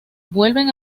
vuelven